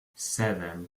seven